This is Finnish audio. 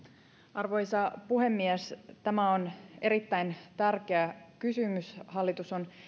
arvoisa puhemies tämä on erittäin tärkeä kysymys hallitus on